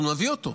אנחנו נביא אותו.